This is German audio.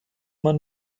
man